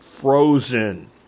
frozen